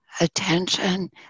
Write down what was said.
Attention